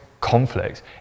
conflict